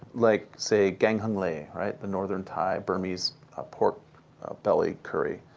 like, say, kaeng hang leh, the northern thai burmese ah pork belly curry.